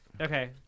Okay